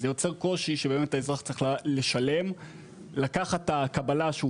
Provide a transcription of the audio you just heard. זה יוצר קושי שבאמת האזרח צריך לשלם לקחת את הקבלה שהוא